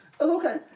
okay